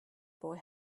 boy